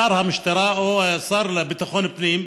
הוא שר המשטרה, או השר לביטחון פנים.